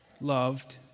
loved